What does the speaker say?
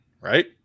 Right